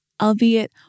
albeit